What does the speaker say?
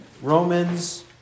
Romans